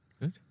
good